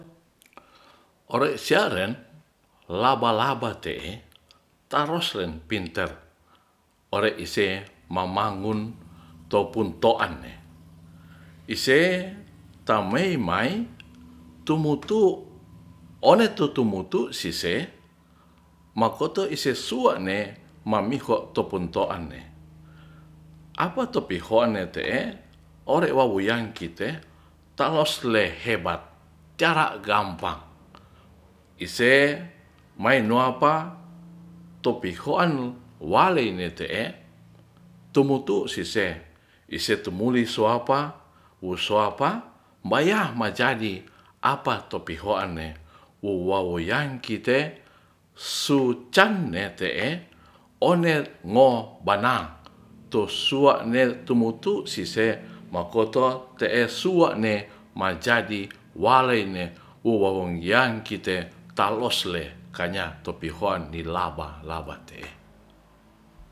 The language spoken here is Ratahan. Ore siaren laba-laba te'e tarusen pinter ore ise mamangun topun toan ne ise tamai mai tumotu one tu tumotu sise mokoto ise suane mamiho tu pontoan ne apato pihoan ne te'e ore wawurang kite tarus le hebat riara gampang ise mainuapa tu pihoan wali ne te'e tumutu sise ise tumuli suapa wu suapa baya majadi apa tu pihoan wowawoyan kite su cane te'e one ngo banang to suane tumutu sise makoto te'es suane majadi walene wowawuyan kite talos le kanya topihian ni laba-laba te'e